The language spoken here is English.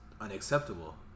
unacceptable